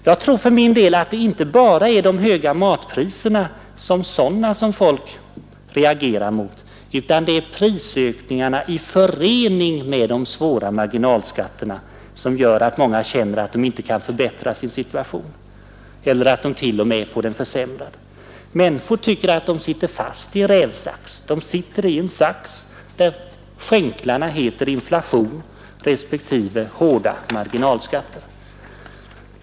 Jag tror för min del att det inte bara är de höga matpriserna som sådana som folk reagerar mot, utan att det är prisökningarna i förening med de svåra marginalskatterna som gör att många känner att de inte kan förbättra sin situation eller att de t.o.m. får den försämrad. Människor tycker att de sitter fast i en rävsax, en sax där skänklarna heter inflation respektive hårda marginalskatter.